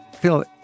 Phil